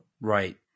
Right